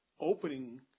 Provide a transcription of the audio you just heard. opening